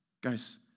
guys